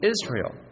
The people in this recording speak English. Israel